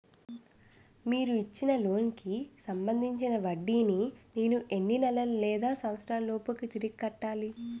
మీరు ఇచ్చిన లోన్ కి సంబందించిన వడ్డీని నేను ఎన్ని నెలలు లేదా సంవత్సరాలలోపు తిరిగి కట్టాలి?